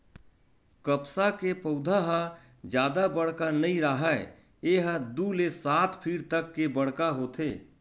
कपसा के पउधा ह जादा बड़का नइ राहय ए ह दू ले सात फीट तक के बड़का होथे